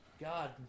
God